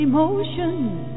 Emotions